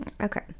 Okay